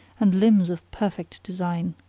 and limbs of perfect design.